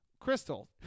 Crystal